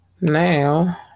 now